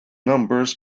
numbers